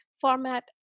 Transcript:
format